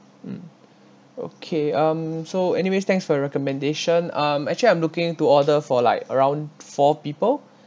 mm okay um so anyways thanks for recommendation um actually I'm looking to order for like around four people